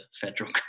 federal